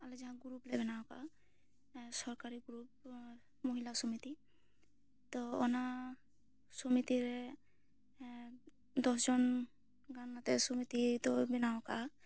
ᱟᱞᱮ ᱫᱚ ᱡᱟᱦᱟᱸ ᱜᱨᱩᱯ ᱞᱮ ᱵᱮᱱᱟᱣ ᱟᱠᱟᱫᱟ ᱥᱚᱨᱠᱟᱨᱤ ᱜᱨᱩᱯ ᱢᱚᱦᱤᱞᱟ ᱥᱚᱢᱤᱛᱤ ᱛᱚ ᱚᱱᱟ ᱥᱚᱢᱤᱛᱤ ᱨᱮ ᱫᱚᱥ ᱡᱚᱱ ᱜᱟᱱ ᱱᱚᱛᱮ ᱥᱚᱢᱤᱛᱤ ᱫᱚ ᱵᱮᱱᱟᱣ ᱟᱠᱟᱜᱼᱟ